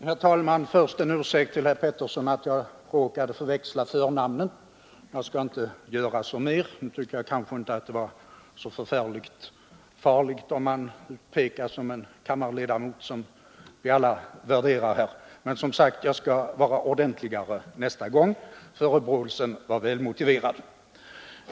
Herr talman! Först en ursäkt till herr Arne Pettersson i Malmö för att jag råkade förväxla förnamnen; jag skall inte göra så mer. Nu tycker jag kanske inte att det är så förfärligt farligt om man blir utpekad som en kammarledamot som vi alla här värderar, men jag skall som sagt vara ordentligare nästa gång. Förebråelsen var välmotiverad.